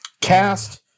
Cast